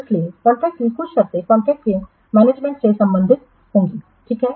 इसलिए कॉन्ट्रैक्ट की कुछ शर्तें कॉन्ट्रैक्ट के मैनेजमेंट से संबंधित होंगी ठीक है